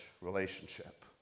relationship